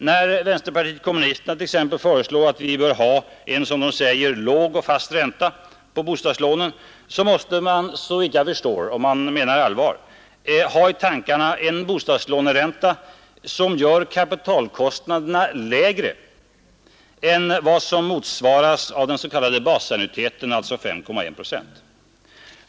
När vänsterpartiet kommunisterna t.ex. föreslår att vi bör ha en, som de säger, låg och fast ränta på bostadslånen måste de, om de menar allvar, ha i tankarna en bostadslåneränta som gör kapitalkostnaderna lägre än vad som motsvaras av den s.k. basannuiteten, alltså 5,1 procent.